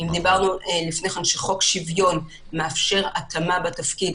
אמרנו קודם שחוק שוויון מאפשר התאמה בתפקיד,